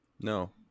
No